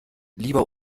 lieber